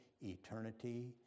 eternity